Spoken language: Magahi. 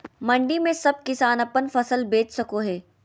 मंडी में सब किसान अपन फसल बेच सको है?